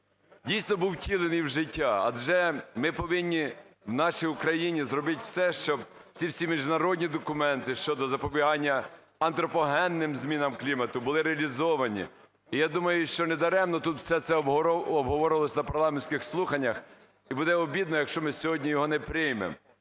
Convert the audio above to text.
дійсно, був втілений в життя, адже ми повинні в нашій Україні зробити все, щоб ці всі міжнародні документи щодо запобігання антропогенним змінам клімату були реалізовані. І я думаю, що недаремно тут все це обговорювалось на парламентських слуханнях, і буде обідно, якщо ми сьогодні його не приймемо.